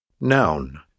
Noun